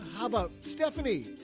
um about stephanie?